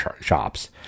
shops